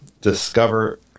Discover